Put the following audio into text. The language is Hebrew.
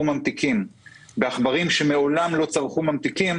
ממתיקים בעכברים שמעולם לא צרכו ממתיקים,